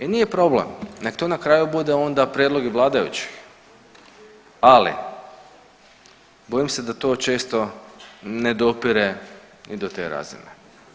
I nije problem, nek to na kraju bude onda prijedlog i vladajućih, ali bojim se da to često ne dopire ni do te razine.